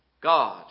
God